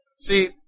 See